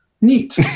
neat